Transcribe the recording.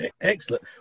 Excellent